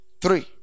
three